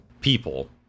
people